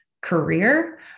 career